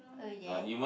oh yay